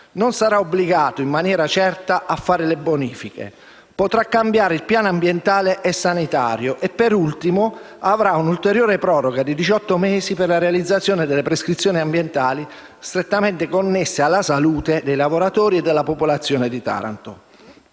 non sarà obbligato, in maniera certa, a fare le bonifiche? Se potrà cambiare il piano ambientale e sanitario e, se, per ultimo, avrà un'ulteriore proroga di diciotto mesi per la realizzazione delle prescrizioni ambientali strettamente connesse alla salute dei lavoratori e della popolazione tarantina?